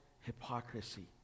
hypocrisy